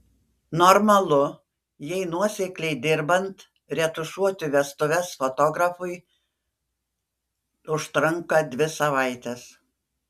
normalu jei nuosekliai dirbant retušuoti vestuves fotografui užtrunka dvi savaites